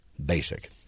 basic